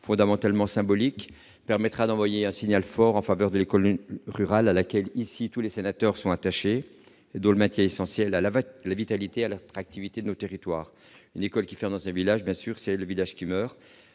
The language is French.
fondamentalement symbolique, permettrait d'envoyer un signal fort en faveur de l'école rurale, à laquelle tous les sénateurs sont attachés et dont le maintien est essentiel à la vitalité et à l'attractivité de nos territoires. Une école qui ferme dans un village, c'est bien sûr le village qui meurt.